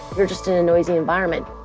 you're just in a noisy environment.